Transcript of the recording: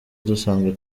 dusanzwe